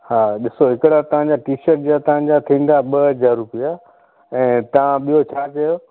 हा ॾिसो हिकिड़ा तव्हांजा टी शर्ट जा तव्हांजा थींदा ॿ हज़ार रुपया ऐं तव्हां ॿियो छा चयो